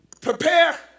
Prepare